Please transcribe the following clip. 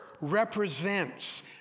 represents